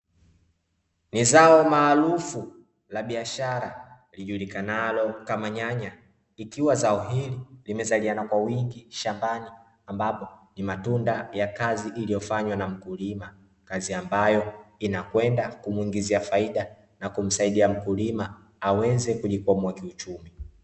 Ni zao maarufu la biashara lijulikanalo kama nyanya, likiwa zao hili limezaliana kwa wingi shambani ambapo ni matunda ya kazi iliyofanywa na mkulima. Kazi ambayo inakwenda kumuingizia faida na kumsaidia mkulima aweze kujikwamua kiuchumi.